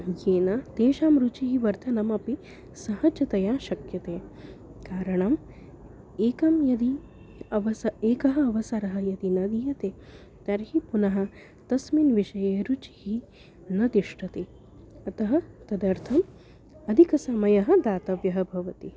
येन तेषां रुचिः वर्धनमपि सहजतया शक्यते कारणम् एकं यदि अवसरः एकः अवसरः यदि न दीयते तर्हि पुनः तस्मिन् विषये रुचिः न तिष्ठति अतः तदर्थम् अधिकसमयः दातव्यः भवति